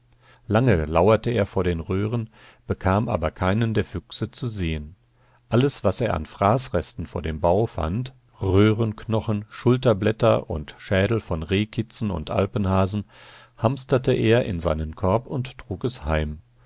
lange lauerte er vor den röhren bekam aber keinen der füchse zu sehen alles was er an fraßresten vor dem bau fand röhrenknochen schulterblätter und schädel von rehkitzen und alpenhasen hamsterte er in seinen korb und trug es heim